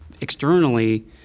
externally